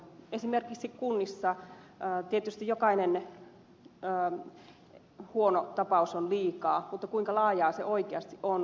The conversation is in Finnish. esimerkiksi kunnissa tietysti jokainen huono tapaus on liikaa mutta kuinka laajaa se oikeasti on